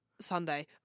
Sunday